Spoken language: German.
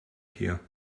hier